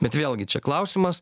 bet vėlgi čia klausimas